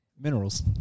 minerals